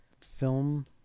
film